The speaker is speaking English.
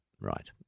Right